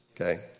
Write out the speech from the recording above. okay